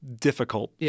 difficult